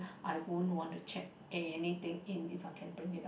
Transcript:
I won't want to check anything in if I can bring it up